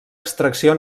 extracció